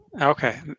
Okay